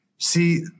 See